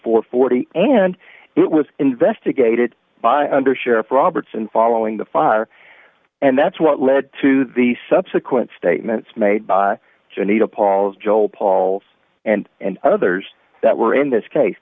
and forty and it was investigated by undersheriff robertson following the fire and that's what led to the subsequent statements made by juanita pauls joe paul and and others that were in this case